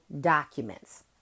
documents